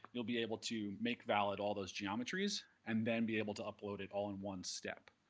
you'll be able to make valid all those geometries, and then be able to upload it all in one step.